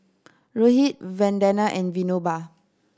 Rohit Vandana and Vinoba